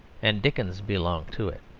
and dickens belonged to it.